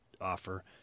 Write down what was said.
offer